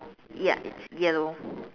ya it's yellow